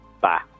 bye